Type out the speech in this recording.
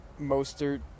Mostert